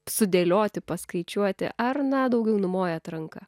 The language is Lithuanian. sudėlioti paskaičiuoti ar na daugiau numojat ranka